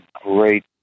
great